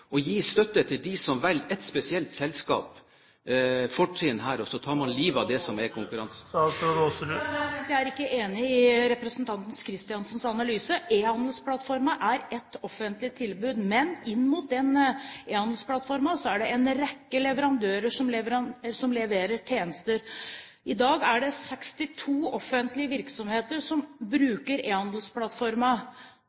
å bidra indirekte ved å gi støtte til dem som velger ett spesielt selskap, gi fortrinn her, og så tar man livet av det som er av konkurranse. Jeg er ikke enig i representanten Kristiansens analyse. Ehandelsplattformen er et offentlig tilbud, men inn mot den Ehandelsplattformen er det en rekke leverandører som leverer tjenester. I dag er det 62 offentlige virksomheter som